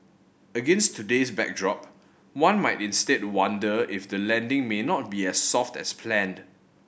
against today's backdrop one might instead wonder if the landing may not be as soft as planned